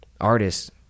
artists